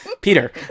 Peter